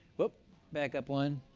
but back up one.